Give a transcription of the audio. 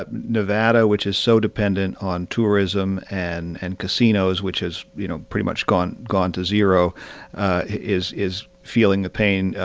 ah nevada, which is so dependent on tourism and and casinos which has, you know, pretty much gone gone to zero is is feeling the pain.